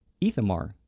Ethamar